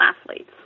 athletes